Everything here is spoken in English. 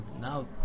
now